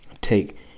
take